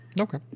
Okay